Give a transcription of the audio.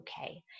okay